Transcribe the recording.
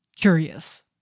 curious